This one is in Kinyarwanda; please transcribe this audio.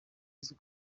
azwi